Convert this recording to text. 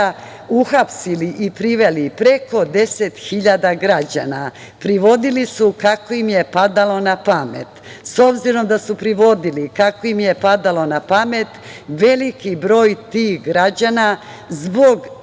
uhapsili i priveli preko 10.000 građana. Privodili su kako im je padalo na pamet. S obzirom da su privodili kako im je padalo na pamet, veliki broj tih građana zbog